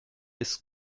ist